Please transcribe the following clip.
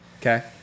Okay